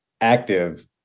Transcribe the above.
active